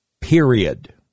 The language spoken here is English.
Period